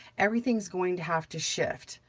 everything's going to have to shift,